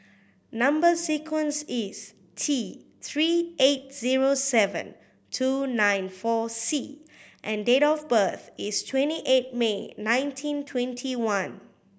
number sequence is T Three eight zero seven two nine four C and date of birth is twenty eight May nineteen twenty one